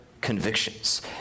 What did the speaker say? convictions